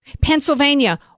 Pennsylvania